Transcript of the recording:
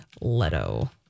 Leto